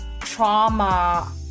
trauma